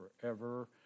forever